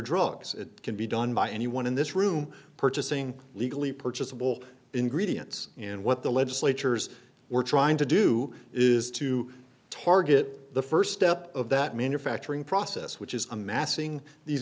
drugs that can be done by anyone in this room purchasing legally purchased will ingredients in what the legislature's were trying to do is to target the first step of that manufacturing process which is amassing these